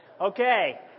Okay